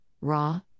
raw